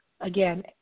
again